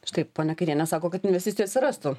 štai ponia kairienė sako kad investicijų atsirastų